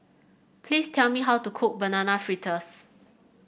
please tell me how to cook Banana Fritters